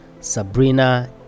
Sabrina